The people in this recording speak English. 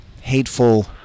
hateful